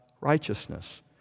righteousness